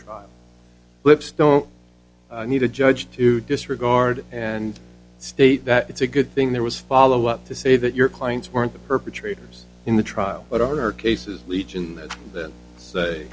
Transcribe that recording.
trial lips don't need a judge to disregard and state that it's a good thing there was follow up to say that your clients weren't the perpetrators in the trial but are cases legion tha